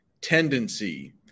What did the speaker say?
tendency